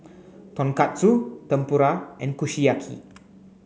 Tonkatsu Tempura and Kushiyaki